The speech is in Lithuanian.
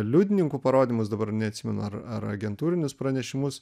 liudininkų parodymus dabar neatsimenu ar ar agentūrinius pranešimus